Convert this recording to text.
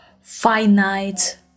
finite